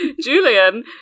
Julian